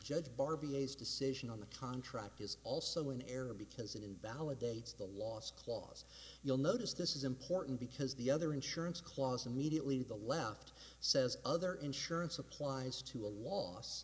judge barbee is decision on the contract is also an error because it invalidates the last clause you'll notice this is important because the other insurance clause immediately to the left says other insurance applies to a loss